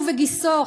הוא וגיסו,